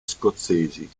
scozzesi